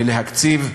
ולהקציב,